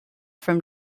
from